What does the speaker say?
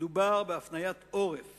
מדובר בהפניית עורף